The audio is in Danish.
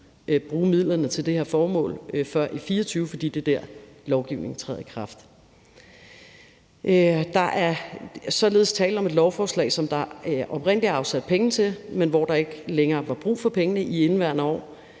bruge midlerne til det her formål før i 2024, fordi det er der, lovgivningen træder i kraft. Der er således tale om et lovforslag, som der oprindelig var afsat penge til, men hvor der ikke længere var brug for pengene i indeværende år.